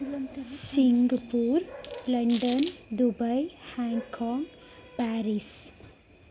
Singapore London Dubai Hong Kong Paris